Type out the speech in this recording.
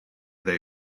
they